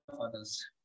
others